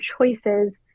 choices